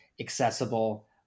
accessible